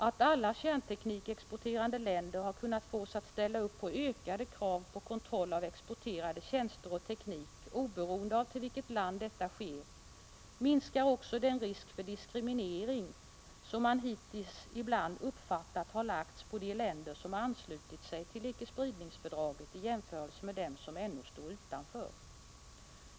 Att alla kärnteknikexporterande länder har kunnat fås att ställa upp på ökade krav på kontroll av exporterade tjänster och teknik, oberoende av till vilket land exporten sker, minskar också den risk för diskriminering som man hittills ibland uppfattat har lagts på de länder som anslutit sig till icke-spridningsfördraget i jämförelse med dem som ännu står utanför.